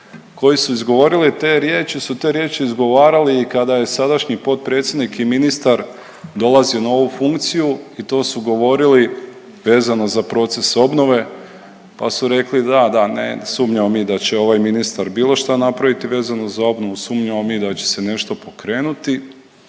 koji su izgovorili te riječi, su te riječi izgovarali i kada je sadašnji potpredsjednik i ministar dolazio na ovu funkciju i to su govorili vezano za proces obnove pa su rekli da, da ne sumnjamo mi da će ovaj ministar bilo šta napraviti vezano za obnovu, sumnjamo mi da će se nešto pokrenuti